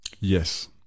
Yes